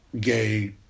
gay